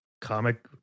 comic